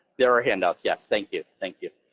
there are handouts, yes, thank you, thank you,